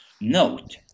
Note